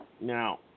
Now